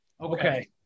Okay